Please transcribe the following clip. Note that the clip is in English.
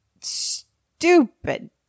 stupid